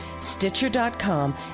Stitcher.com